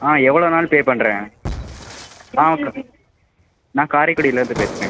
ஆ எவ்வளோனாலும் பே பண்ணுறேன் நான் காரைக்குடிலேந்து பேசுகிறேன்